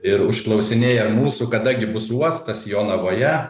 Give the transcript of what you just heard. ir užklausinėję mūsų kada gi bus uostas jonavoje